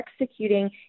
executing